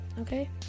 Okay